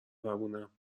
مهربونم